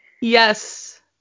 Yes